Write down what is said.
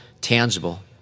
tangible